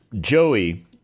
joey